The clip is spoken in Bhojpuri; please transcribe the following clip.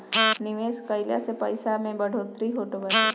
निवेश कइला से पईसा में बढ़ोतरी होत बाटे